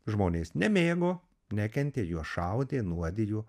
žmonės nemėgo nekentė juos šaudė nuodijo